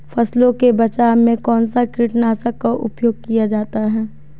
फसलों के बचाव में कौनसा कीटनाशक का उपयोग किया जाता है?